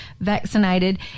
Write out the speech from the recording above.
vaccinated